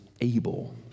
able